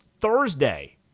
Thursday